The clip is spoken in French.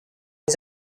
les